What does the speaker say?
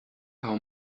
how